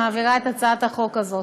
מעבירה את הצעת החוק הזאת.